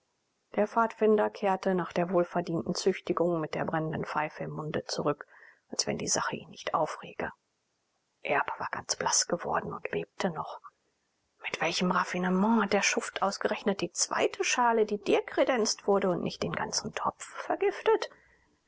der pfadfinder kehrte nach der wohlverdienten züchtigung mit der brennenden pfeife im munde zurück als wenn die sache ihn nicht aufrege erb war ganz blaß geworden und bebte noch mit welchem raffinement hat der schuft ausgerechnet die zweite schale die dir kredenzt wurde und nicht den ganzen topf vergiftet